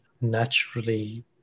Naturally